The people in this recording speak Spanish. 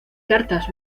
cartas